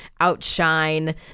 outshine